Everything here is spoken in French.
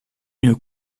une